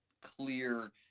clear